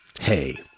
Hey